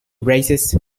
raises